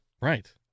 Right